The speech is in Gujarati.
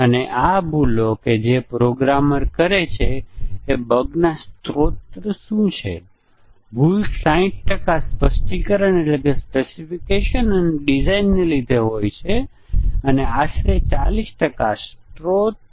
તેઓ યોગ્ય પ્રોગ્રામ લખે છે જે કેટલીક નાની સમસ્યાઓ સિવાય લગભગ સાચા હોય છે અને બીજી ધારણા એ છે કે જો કોઈ પ્રોગ્રામરે એક જટિલ ભૂલ રજૂ કરી હોય જે સરળ ભૂલોના સમૂહની સમકક્ષ હોય